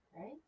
right